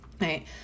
right